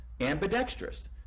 ambidextrous